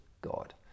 god